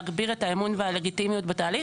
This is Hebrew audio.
להגביר את האמון והלגיטימיות בתהליך.